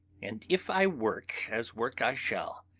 and if i work as work i shall,